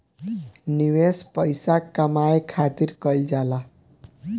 निवेश पइसा कमाए खातिर कइल जाला